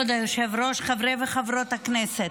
כבוד היושב-ראש, חברי וחברות הכנסת,